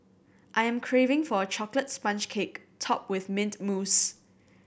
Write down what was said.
I am craving for a chocolate sponge cake topped with mint mousse